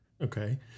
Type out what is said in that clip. Okay